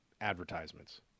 advertisements